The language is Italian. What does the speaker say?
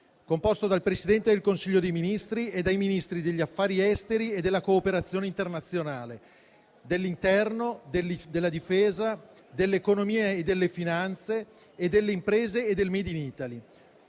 composto dal Presidente del Consiglio dei ministri e dai Ministri degli affari esteri e della cooperazione internazionale, dell'interno, della difesa, dell'economia e delle finanze e delle imprese e del *made in Italy*,